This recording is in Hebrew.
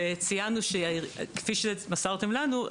ציינו כפי שמסרתם לנו,